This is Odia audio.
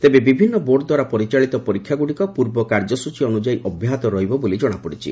ତେବେ ବିଭିନ୍ନ ବୋର୍ଡ ଦ୍ୱାରା ପରିଚାଳିତ ପରୀକ୍ଷାଗୁଡ଼ିକ ପୂର୍ବ କାର୍ଯ୍ୟସୂଚୀ ଅନୁଯାୟୀ ଅବ୍ୟାହତ ରହିବ ବୋଲି ଜଣାପଡ଼ିଛି